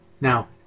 Now